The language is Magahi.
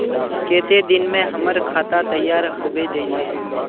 केते दिन में हमर खाता तैयार होबे जते?